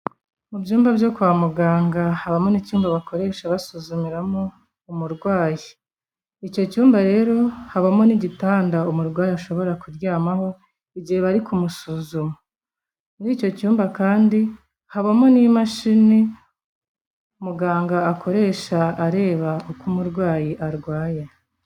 Mu byumba byo kwa muganga habamo n'icyumba bakoresha basuzumiramo umurwayi. Icyo cyumba rero habamo n'igitanda umurwayi ashobora kuryamaho igihe bari kumusuzuma. Muri icyo cyumba kandi habamo n'imashini muganga akoresha areba uko umurwayi arwaye.